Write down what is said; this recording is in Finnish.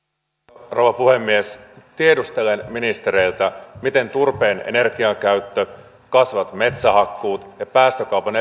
arvoisa rouva puhemies tiedustelen ministereiltä miten turpeen energiakäyttö kasvavat metsähakkuut ja päästökaupan